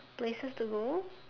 places to go